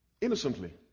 innocently